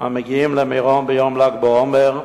המגיעים למירון ביום ל"ג בעומר,